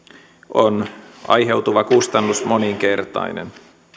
on aiheutuva kustannus moninkertainen